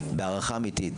בהערכה אמיתית,